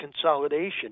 consolidation